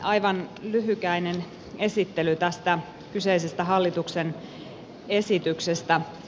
aivan lyhykäinen esittely tästä kyseisestä hallituksen esityksestä